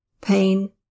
pain